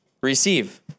receive